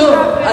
שוב,